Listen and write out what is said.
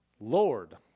Lord